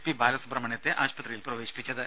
P ബാലസുബ്രഹ്മണ്യത്തെ ആശുപത്രിയിൽ പ്രവേശിപ്പിച്ചത്